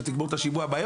שתגמור את השימוע מהר,